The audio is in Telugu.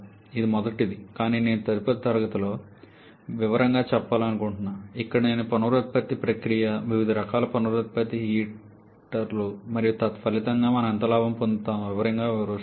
ఇది మొదటిది కానీ నేను తదుపరి తరగతిలో వివరంగా చెప్పాలనుకుంటున్నాను ఇక్కడ నేను పునరుత్పత్తి ప్రక్రియ వివిధ రకాల పునరుత్పత్తి హీటర్లు మరియు తత్ఫలితంగా మనకు ఎంత లాభం పొందుతాయో వివరంగా వివరిస్తాను